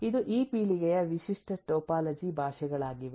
ಇದು ಈ ಪೀಳಿಗೆಯ ವಿಶಿಷ್ಟ ಟೊಪಾಲಜಿ ಭಾಷೆಗಳಾಗಿವೆ